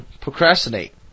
Procrastinate